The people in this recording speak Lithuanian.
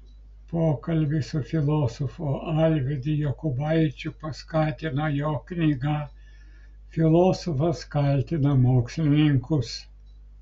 pokalbį su filosofu alvydu jokubaičiu paskatino jo knyga filosofas kaltina mokslininkus